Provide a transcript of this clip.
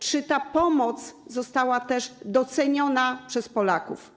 Czy ta pomoc została też doceniona przez Polaków?